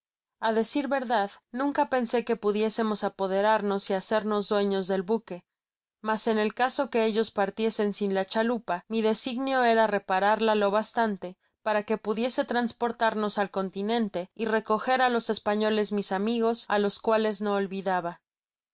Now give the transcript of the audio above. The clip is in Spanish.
a deeir verdad nunca pensó que pudiésemos apoderarnos y hacernos dueños del buque mas en el caso que ellos partiesen sin la chalupa mi designio era repararla lo bastante para que pudiese transportarnos al continente y recojer á los españoles mis amigos á los cuales no olvidaba